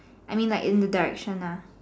I mean like in the direction lah